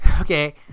okay